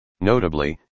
Notably